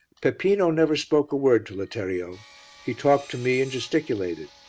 peppino never spoke a word to letterio he talked to me and gesticulated.